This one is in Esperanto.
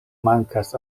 mankas